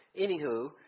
anywho